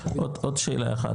עוד שאלה אחת,